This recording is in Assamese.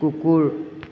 কুকুৰ